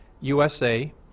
USA